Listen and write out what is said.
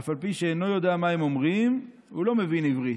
אף על פי שאינו יודע מה הן אומרין" הוא לא מבין עברית,